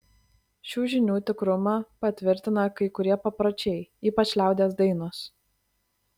šių žinių tikrumą patvirtina kai kurie papročiai ypač liaudies dainos